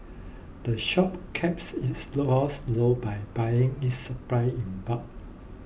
the shop keeps its low costs low by buying its supplies in bulk